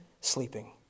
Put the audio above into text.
sleeping